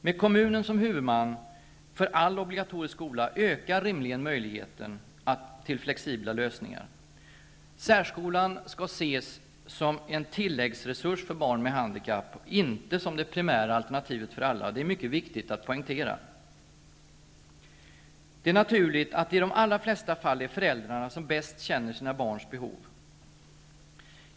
Med kommunen som huvudman för all obligatorisk skola ökar rimligen möjligheterna till flexibla lösningar. Särskolan skall ses som en tilläggsresurs för barn med handikapp, inte som det primära alternativet för alla. Detta är mycket viktigt att poängtera. Det är naturligt att det i de allra flesta fall är föräldrarna som bäst känner sina barns behov.